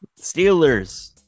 Steelers